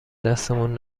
دستمون